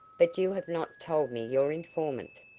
but you have not told me your informant.